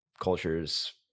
cultures